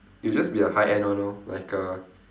it'll just be a high end one lor like a